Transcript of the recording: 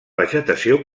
vegetació